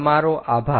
તમારો આભાર